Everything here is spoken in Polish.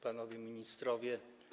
Panowie Ministrowie!